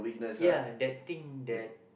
ya that thing that